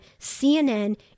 CNN